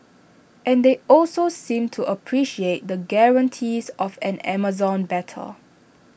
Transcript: and they also seemed to appreciate the guarantees of an Amazon better